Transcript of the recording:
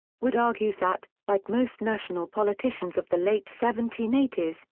wood argues that, like most national politicians of the late seventeen eighty s,